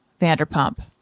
Vanderpump